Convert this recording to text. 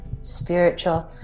spiritual